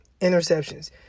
interceptions